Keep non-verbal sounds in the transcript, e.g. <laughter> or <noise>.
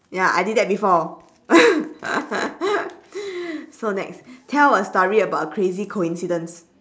ya I did that before <laughs> so next tell a story about a crazy coincidence